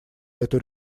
эту